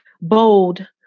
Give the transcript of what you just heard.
bold